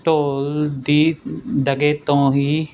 ਢੋਲ ਦੀ ਡਗੇ ਤੋਂ ਹੀ